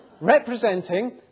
representing